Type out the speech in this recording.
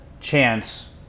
chance